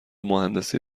مهندسی